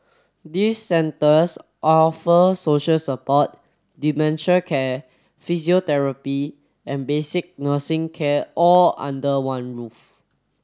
these centres offer social support dementia care physiotherapy and basic nursing care all under one roof